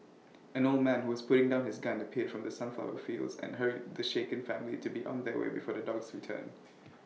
an old man who was putting down his gun appeared from the sunflower fields and hurried the shaken family to be on their way before the dogs return